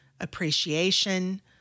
appreciation